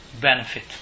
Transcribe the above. benefit